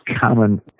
common